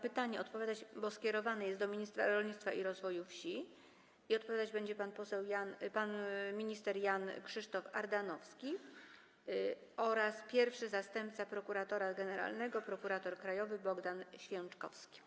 Pytanie skierowane jest do ministra rolnictwa i rozwoju wsi i odpowiadać będzie pan minister Jan Krzysztof Ardanowski oraz pierwszy zastępca prokuratora generalnego prokurator krajowy Bogdan Święczkowski.